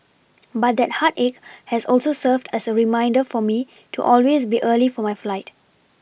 but that heartache has also served as a reminder for me to always be early for my flight